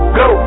go